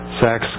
sex